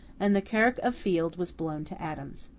and the kirk of field was blown to atoms.